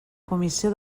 comissió